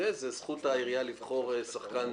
זו זכות העירייה לבחור שחקן